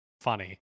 funny